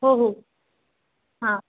हो हो हां